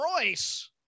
Royce